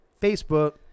Facebook